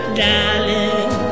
darling